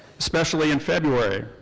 especially in february.